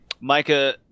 micah